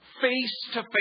face-to-face